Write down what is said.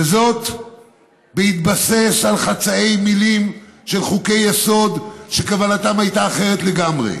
וזאת בהתבסס על חצאי מילים של חוקי-יסוד שכוונתם הייתה אחרת לגמרי.